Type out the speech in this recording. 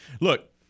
Look